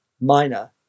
minor